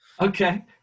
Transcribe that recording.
Okay